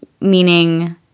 meaning